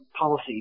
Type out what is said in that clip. policy